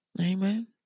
Amen